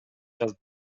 жазып